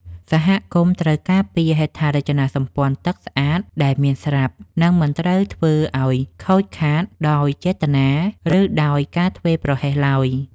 សហគមន៍ត្រូវការពារហេដ្ឋារចនាសម្ព័ន្ធទឹកស្អាតដែលមានស្រាប់ និងមិនត្រូវធ្វើឱ្យខូចខាតដោយចេតនា ឬដោយការធ្វេសប្រហែសឡើយ។